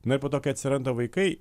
na ir po to kai atsiranda vaikai